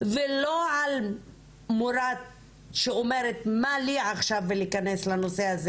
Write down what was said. ולא על מורה שאומרת מה לי עכשיו להיכנס לנושא הזה,